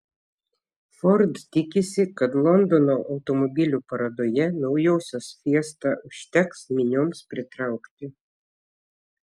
ford tikisi kad londono automobilių parodoje naujosios fiesta užteks minioms pritraukti